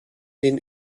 den